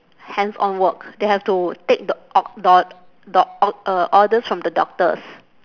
hands on work they have to take the or~ the or~ the or~ uh orders from the doctors